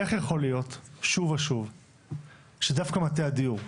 איך יכול להיות שוב ושוב שדווקא מטה הדיור,